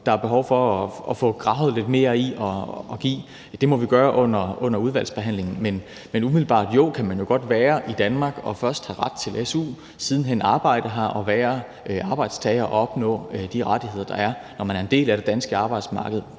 at få finde frem og få gravet lidt mere i, så er det noget, vi må gøre under udvalgsbehandlingen. Men jo, umiddelbart kan man jo godt være i Danmark og først have ret til su, siden hen arbejde her og være arbejdstager og opnå de rettigheder, der er, når man er en del af det danske arbejdsmarked